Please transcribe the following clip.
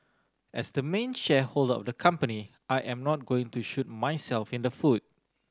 as the main shareholder of the company I am not going to shoot myself in the foot